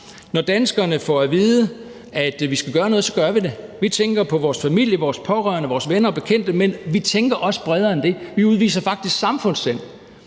Når vi danskere får at vide, at vi skal gøre noget, så gør vi det. Vi tænker på vores familie, vores pårørende, vores venner og bekendte, men vi tænker også bredere end det – vi udviser faktisk samfundssind.